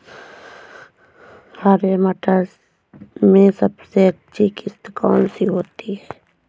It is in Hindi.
हरे मटर में सबसे अच्छी किश्त कौन सी होती है?